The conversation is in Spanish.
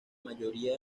mayoría